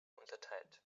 unterteilt